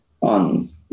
on